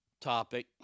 topic